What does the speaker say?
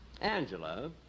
Angela